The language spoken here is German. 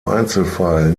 einzelfall